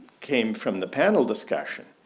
came from the panel discussion.